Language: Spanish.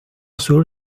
sur